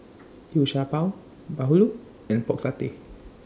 Liu Sha Bao Bahulu and Pork Satay